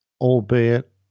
albeit